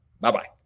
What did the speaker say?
Bye-bye